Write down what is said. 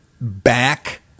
back